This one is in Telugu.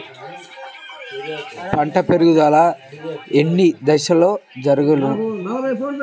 పంట పెరుగుదల ఎన్ని దశలలో జరుగును?